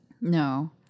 No